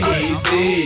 easy